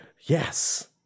Yes